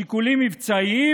שיקולים מבצעיים?